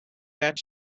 that